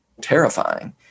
terrifying